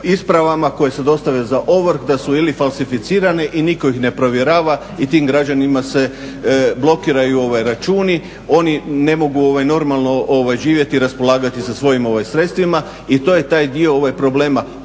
ispravama koje se dostave za ovrhe da su ili falsificirani i niko ih ne provjerava i tim građanima se blokiraju računi, oni ne mogu normalno živjeti i raspolagati sa svojim sredstvima. I to je taj dio problema,